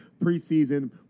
Preseason